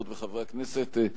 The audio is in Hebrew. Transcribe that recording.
חברות וחברי הכנסת,